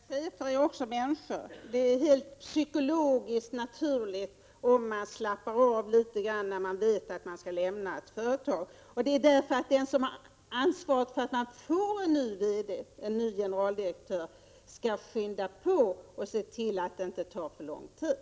Herr talman! Chefer är också människor, och det är psykologiskt naturligt om man slappnar litet grand när man vet att man skall lämna ett företag. Den som har ansvaret för att SJ skall få en ny GD måste skynda på. Tillsättningen får inte ta för lång tid.